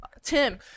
tim